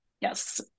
Yes